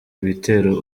ibitero